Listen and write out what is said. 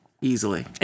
easily